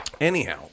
Anyhow